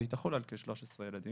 והיא תחול על כ-13 ילדים.